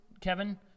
kevin